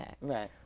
Right